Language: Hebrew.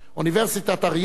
אוניברסיטת אריאל,